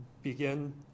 begin